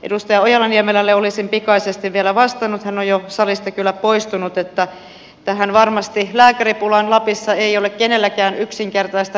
edustaja ojala niemelälle olisin pikaisesti vielä vastannut hän on jo salista kyllä poistunut että varmasti tähän lääkäripulaan lapissa ei ole kenelläkään yksinkertaista ratkaisua